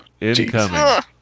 Incoming